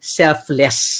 selfless